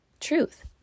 truth